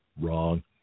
Wrong